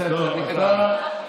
יצא לתרבות רעה.